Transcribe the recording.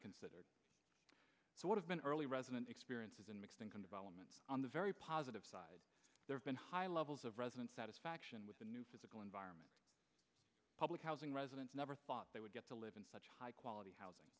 considered what have been early resident experiences in mixed income development on the very positive side there have been high levels of residents satisfaction with the new physical environment public housing residents never thought they would get to live in such high quality housing